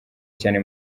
cyane